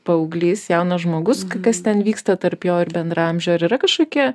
paauglys jaunas žmogus kas ten vyksta tarp jo ir bendraamžių ar yra kažkokie